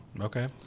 Okay